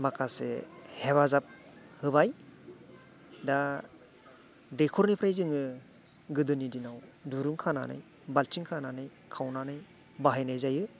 माखासे हेफाजाब होबाय दा दैखरनिफ्राय जोङो गोदोनि दिनाव दुरुं खानानै बाल्थिं खानानै खावनानै बाहायनाय जायो